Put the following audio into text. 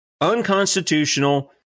unconstitutional